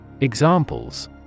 Examples